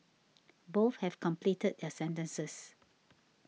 both have completed their sentences